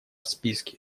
списке